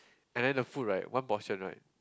and then the food right one portion right